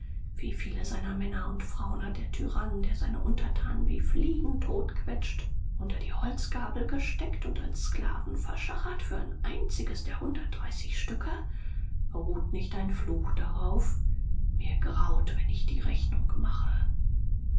wie viele seiner männer und frauen hat der tyrann der seine untertanen wie fliegen totquetscht unter die holzgabel gesteckt und als sklaven verschachert für ein einziges der hundertdreißig stücke ruht nicht ein fluch darauf mir graut wenn ich die rechnung mache